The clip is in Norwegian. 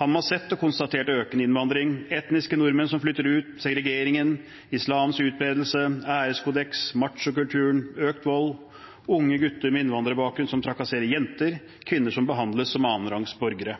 Han må ha sett og konstatert økende innvandring, etniske nordmenn som flytter ut, segregering, islams utbredelse, æreskodeks, machokultur, økt vold, unge gutter med innvandrerbakgrunn som trakasserer jenter, kvinner som behandles som annenrangs borgere.